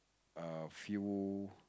a few